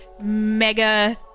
mega